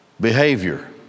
behavior